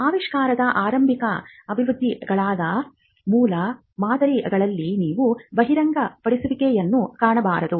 ಆವಿಷ್ಕಾರದ ಆರಂಭಿಕ ಆವೃತ್ತಿಗಳಾದ ಮೂಲಮಾದರಿಗಳಲ್ಲಿ ನೀವು ಬಹಿರಂಗಪಡಿಸುವಿಕೆಯನ್ನು ಕಾಣಬಹುದು